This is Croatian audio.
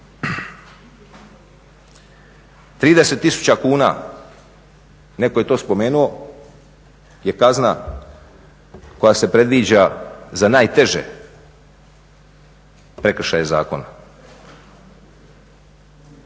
tisuća kuna netko je to spomenuo je kazna koja se predviđa za najteže prekršaje zakona.